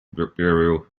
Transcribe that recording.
bureau